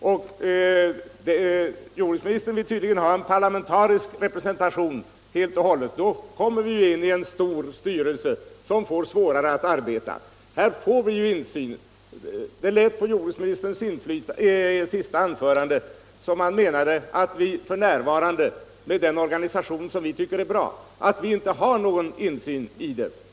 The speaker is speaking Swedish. Jordbruksministern vill tydligen ha helt och hället parlamentarisk representation, men då blir det ju en stor styrelse som får svårt att arbeta. I det senaste anförandet lät det på jordbruksministern som om han menade att vi med den organisation som vi nu har och som vi tycker är bra inte har någon insyn.